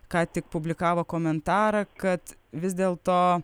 ką tik publikavo komentarą kad vis dėl to